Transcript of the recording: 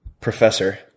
professor